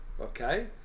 okay